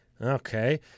Okay